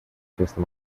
fiesta